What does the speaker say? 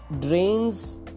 drains